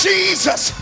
Jesus